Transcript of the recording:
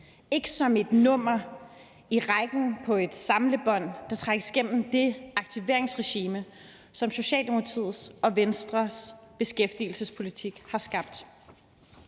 ikke som et nummer i rækken på et samlebånd, der trækkes igennem det aktiveringsregime, som Socialdemokratiets og Venstres beskæftigelsespolitik har skabt.